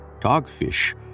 Dogfish